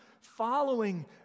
following